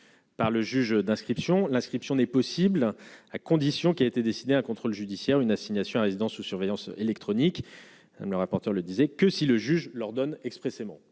par le juge d'inscription, l'inscription n'est possible à condition qu'il a été décidé un contrôle judiciaire : une assignation à résidence sous surveillance électronique, le rapporteur le disait que si le juge leur donne expressément,